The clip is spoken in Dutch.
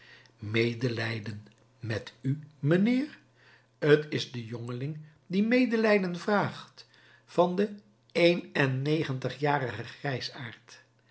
medelijden met u mijnheer t is de jongeling die medelijden vraagt van den een en negentigjarigen